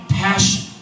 passion